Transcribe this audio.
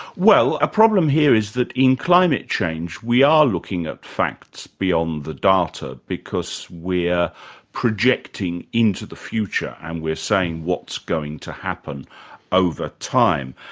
well, a problem here is that in climate change we are looking at facts beyond the data, because we're projecting into the future, and we're saying what's going to happen over time.